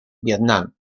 vietnam